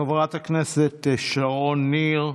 חברת הכנסת שרון ניר.